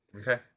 okay